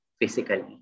physically